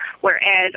whereas